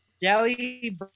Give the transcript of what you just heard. Delhi